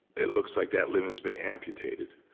it looks like that limb has been amputated.